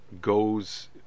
goes